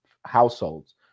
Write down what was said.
households